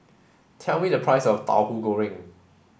tell me the price of Tahu Goreng